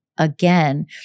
again